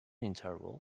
interval